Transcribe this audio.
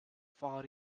far